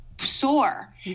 soar